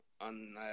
on